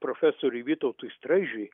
profesoriui vytautui straižiui